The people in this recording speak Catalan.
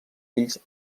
fills